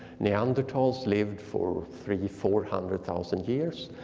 neanderthals lived for three four hundred thousand years,